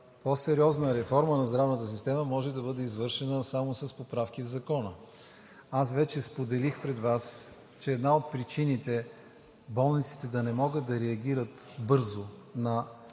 по-сериозна реформа на здравната система може да бъде извършена само с поправки в закона. Аз вече споделих пред Вас, че една от причините болниците да не могат да реагират бързо на